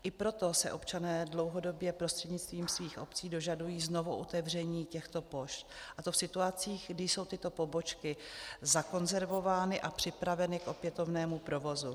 I proto se občané dlouhodobě prostřednictvím svých obcí dožadují znovuotevření těchto pošt, a to v situacích, kdy jsou tyto pobočky zakonzervovány a připraveny k opětovnému provozu.